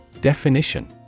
Definition